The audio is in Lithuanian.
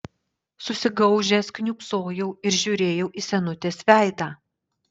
susigaužęs kniūbsojau ir žiūrėjau į senutės veidą